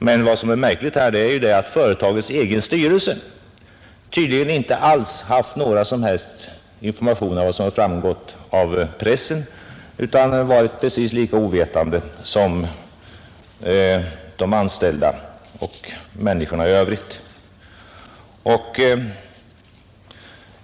Det märkliga är emellertid att företagets egen styrelse enligt vad som framgått i pressen inte alls fått några informationer utan varit precis lika ovetande som de anställda och medborgarna i övrigt.